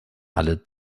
alle